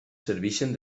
serveixen